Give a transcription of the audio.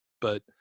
but-